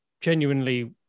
genuinely